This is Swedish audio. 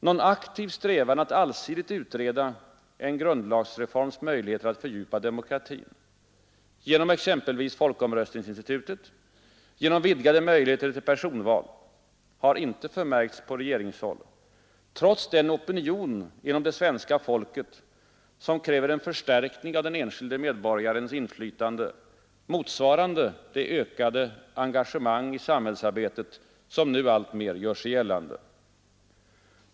Någon aktiv strävan att allsidigt utreda en grundlagsreforms möjligheter att fördjupa demokratin genom exempelvis folkomröstningsinstitutet och vidgade möjligheter till personval — har inte förmärkts på regeringshåll, trots den opinion inom det svenska folket som kräver en förstärkning av den enskilde medborgarens inflytande motsvarande det ökade engagemang i samhällsarbetet som nu alltmer gör sig gällande.